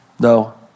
No